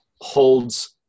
holds